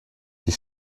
die